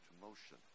motion